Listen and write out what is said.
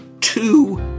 two